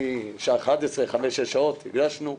משעה 11:00 חמש-שש שעות, הגשנו.